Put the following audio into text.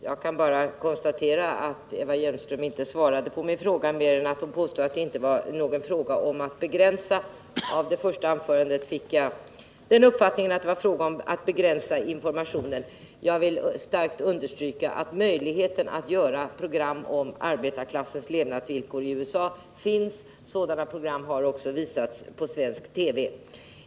Herr talman! Jag kan bara konstatera att Eva Hjelmström inte svarade på min fråga mer än att hon påstod att det inte var någon fråga om att begränsa yttrandefriheten. Av hennes första anförande fick jag uppfattningen att det var en fråga om att begränsa informationen. Jag vill starkt understryka att möjlighet att göra program om arbetarklassens levnadsvillkor i USA finns. Sådana program har också visats i svensk TV.